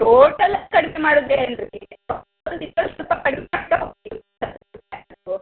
total ಕಡಿಮೆ ಮಾಡುದೇನು ರೀ